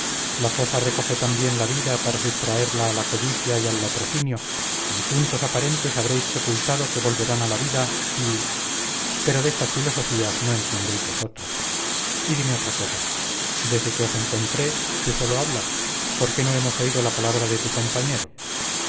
la fosa recoge también la vida para sustraerla a la codicia y al latrocinio y difuntos aparentes habréis sepultado que volverán a la vida y pero de estas filosofías no entendéis vosotros y dime otra cosa desde que os encontré tú solo hablas por qué no hemos oído la palabra de tu compañero